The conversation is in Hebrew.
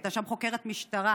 הייתה שם חוקרת משטרה,